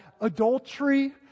adultery